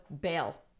bail